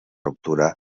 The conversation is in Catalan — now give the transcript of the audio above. ruptura